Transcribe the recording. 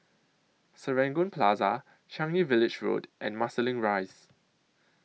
Serangoon Plaza Changi Village Road and Marsiling Rise